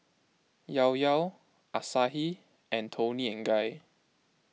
Ilao Ilao Asahi and Toni and Guy